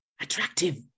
attractive